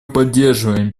поддерживаем